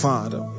Father